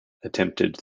attempted